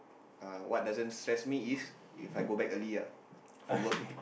uh what doesn't stress me is If I go back early ah from work